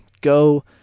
Go